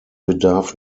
bedarf